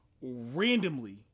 Randomly